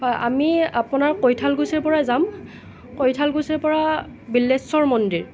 হয় আমি আপোনাৰ কৈঠালকুছিৰ পৰা যাম কৈঠালকুছিৰ পৰা বিল্লেশ্বৰ মন্দিৰ